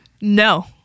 No